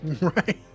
Right